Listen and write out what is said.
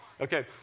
Okay